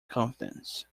confidence